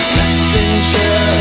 messenger